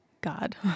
God